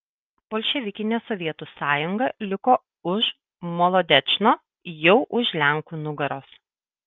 bolševikinė sovietų sąjunga liko už molodečno jau už lenkų nugaros